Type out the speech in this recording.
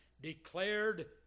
declared